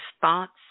thoughts